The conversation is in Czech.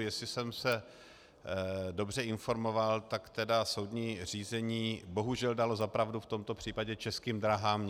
Jestli jsem se dobře informoval, tak soudní řízení bohužel dalo za pravdu v tomto případě Českým dráhám,